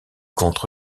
contre